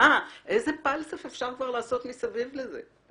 איזה פלסף אפשר כבר ליצור מסביב לבקשה זו?